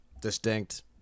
distinct